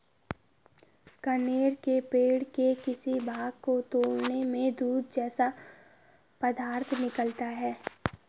कनेर के पेड़ के किसी भाग को तोड़ने में दूध जैसा पदार्थ निकलता है